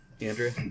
Andrea